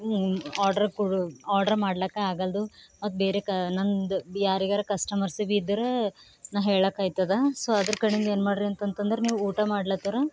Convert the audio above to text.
order ಕೋ order ಮಾಡ್ಲಿಕ್ಕ ಆಗಲ್ದು ಅದು ಬೇರೆ ಕಾ ನಮ್ಮದು ಯಾರಿಗರ ಕಸ್ಟಮರ್ಸ್ ಭೀ ಇದ್ರ ನಾ ಹೇಳಾಕಾಯ್ತದೆ ಸೊ ಅದ್ರ ಕಡೆಯಿಂದ ಏನು ಮಾಡಿರಿ ಅಂತಂತಂದ್ರೆ ನೀವು ಊಟ ಮಾಡ್ಲತರ